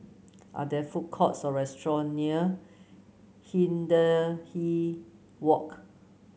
are there food courts or restaurant near Hindhede Walk